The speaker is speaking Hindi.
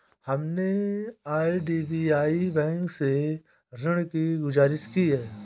हमने आई.डी.बी.आई बैंक से ऋण की गुजारिश की है